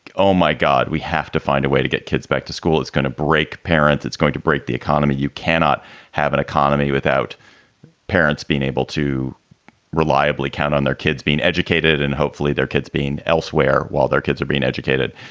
oh, my god, we have to find a way to get kids back to school. it's going to break parents. it's going to break the economy. you cannot have an economy without parents being able to reliably count on their kids being educated and hopefully their kids being elsewhere while their kids are being educated.